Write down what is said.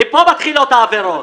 מפה מתחילות העבירות.